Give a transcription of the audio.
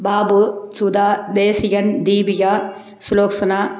Babu Sudha Desikan Deepika Sulochana